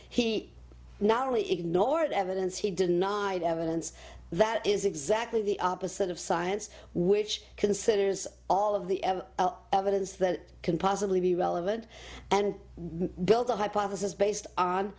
he not only ignored evidence he denied evidence that is exactly the opposite of science which considers all of the evidence that can possibly be relevant and build a hypothesis based on